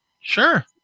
Sure